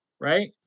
right